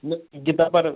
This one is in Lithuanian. nu gi dabar